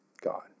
God